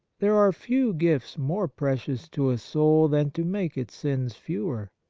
there are few gifts more precious to a soul than to make its sins fewer.